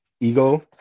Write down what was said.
ego